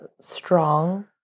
strong